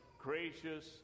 gracious